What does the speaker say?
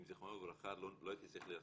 עם זכרונו לברכה לא הייתי צריך להילחם,